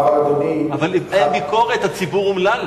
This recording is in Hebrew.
באין ביקורת, הציבור אומלל.